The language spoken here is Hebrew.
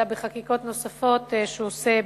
אלא בחקיקות נוספות שהוא עושה,